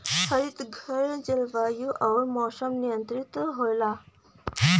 हरितघर जलवायु आउर मौसम नियंत्रित होला